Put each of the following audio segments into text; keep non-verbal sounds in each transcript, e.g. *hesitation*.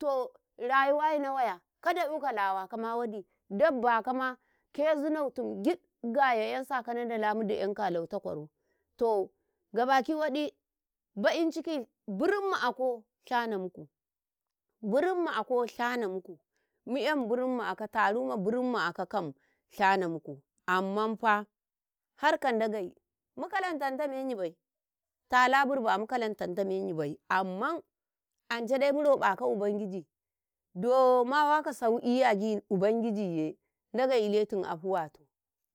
﻿To, rayuwayi na waya da'yuka lawa koma wada dabbakama, kazinotim gid gayayan sakau na Ndala mudaenka a lauta kwaro, to gabakai waɗi ba'in ciki birimma ako shana muku, birimma ako shanamuku, mu'yan birimma ako tarou ma birimma ako kam shanamuku ammanfa harka Ndagei mukalan tantameyibai tala birba mukalantanta meyibai amman ancadai muroƃaka ubangiji doo mawaka saukita agyi ubangijiye Ndage iletum afuwato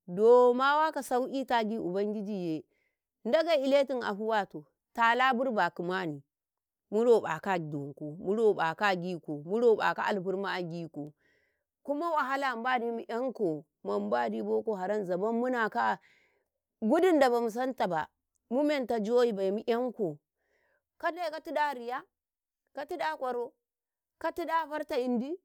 doo mawaka saukaagyi ubangijiye Ndage iletum afuwata, tala birba kumani muroƃaka adonku, murobaka agyiku, muraƃaka alfarma agyiku kuma wahal mbadi mu'yankau mu mbadi boko haram zaban munaƙo *hesitation* gudunda bamusantaba mumanta joyiibai mu“yanko kade ta tide ariya atide a kwaro, katide a farta indi,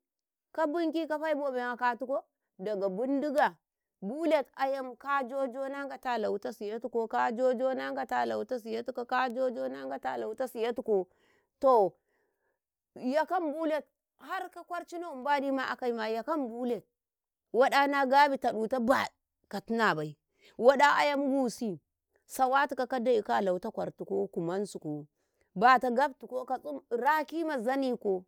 ka binki kafe bo benu akatuko daga bindiga bulet ayam ka joujo na Ngata a leuta siyatuko ka jojo na Ngata aleuta siyatuko to 'yakan bulet harka kwarcinomaba mbadi ma akaiy ma yakan bullet waɗa na gabi taɗuta baɗu katunabai, waɗa ayam busii sawatuka kadaisika a lautikau kwartuku kumamsuko bata gabtuku raki ma zaniku.